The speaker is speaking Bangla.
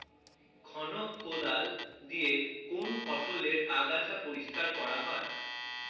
খনক কোদাল দিয়ে কোন ফসলের আগাছা পরিষ্কার করা হয়?